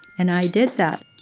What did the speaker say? and i did that